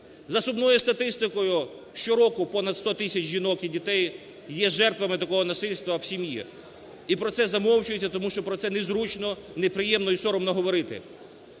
За сумною статистикою щороку понад 100 тисяч жінок і дітей є жертвами такого насильства в сім'ї, і про це замовчується, тому що про це не зручно, не приємно і соромно говорити.